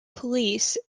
police